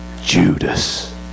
Judas